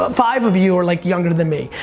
but five of you are like younger than me.